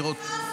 יפה.